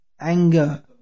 anger